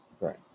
Right